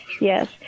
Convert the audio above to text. yes